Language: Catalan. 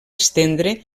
estendre